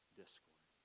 discord